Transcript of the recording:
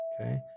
Okay